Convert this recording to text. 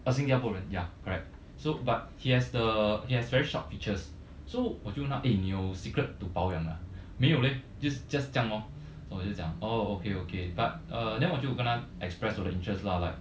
uh 新加坡人 ya correct so but he has the he has very short features so 我就拿 eh 你有 secret to 包养的啊没有 leh just just 这样 lor so 我就讲 oh okay okay but uh then 我就跟他 express 我的 interest lah like